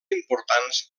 importants